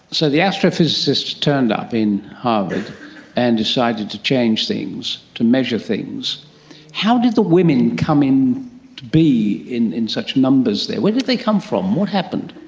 so the astrophysicists turned up in harvard and decided to change things, to measure things how did the women come to be in in such numbers there? where did they come from, what happened?